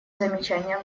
замечания